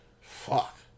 Fuck